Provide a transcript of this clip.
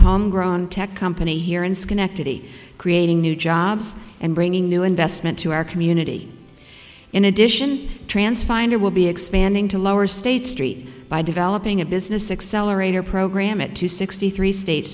homegrown tech company here in schenectady creating new jobs and bringing new investment to our community in addition trance finder will be expanding to lower state street by developing a business accelerator program at two sixty three state